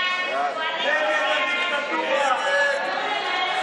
ההצעה להעביר את הצעת חוק הסמכת